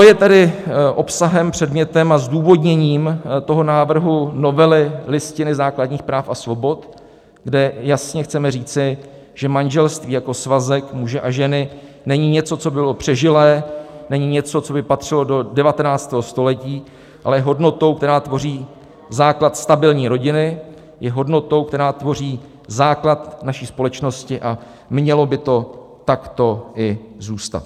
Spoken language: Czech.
To je tedy obsahem, předmětem a zdůvodněním toho návrhu novely Listiny základních práv a svobod, kde jasně chceme říci, že manželství jako svazek muže a ženy není něco, co by bylo přežilé, není něco, co by patřilo do 19. století, ale je hodnotou, která tvoří základ stabilní rodiny, je hodnotou, která tvoří základ naší společnosti, a mělo by to takto i zůstat.